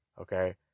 Okay